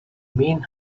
main